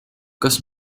kas